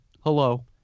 Hello